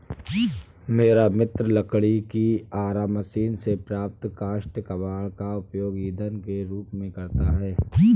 मेरा मित्र लकड़ी की आरा मशीन से प्राप्त काष्ठ कबाड़ का उपयोग ईंधन के रूप में करता है